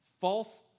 False